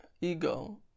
ego